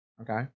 Okay